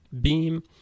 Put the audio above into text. beam